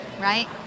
right